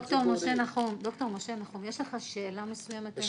ד"ר משה נחום, יש לך שאלה מסוימת?